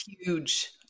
huge